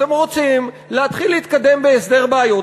אתם רוצים להתחיל להתקדם בהסדר בעיות,